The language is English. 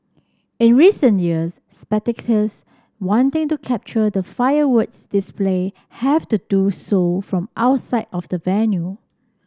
in recent years spectators wanting to capture the fireworks display have to do so from outside of the venue